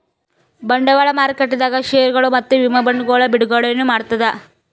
ಬಂಡವಾಳ್ ಮಾರುಕಟ್ಟೆದಾಗ್ ಷೇರ್ಗೊಳ್ ಮತ್ತ್ ವಿಮಾ ಬಾಂಡ್ಗೊಳ್ ಬಿಡುಗಡೆನೂ ಮಾಡ್ತದ್